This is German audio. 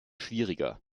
schwieriger